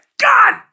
god